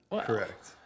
correct